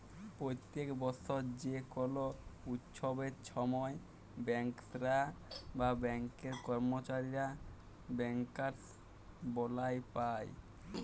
প্যত্তেক বসর যে কল উচ্ছবের সময় ব্যাংকার্স বা ব্যাংকের কম্মচারীরা ব্যাংকার্স বলাস পায়